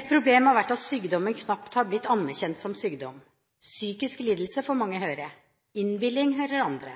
Et problem har vært at sykdommen knapt er anerkjent som sykdom. Det er en psykisk lidelse, får mange høre – innbilning hører andre.